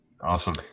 Awesome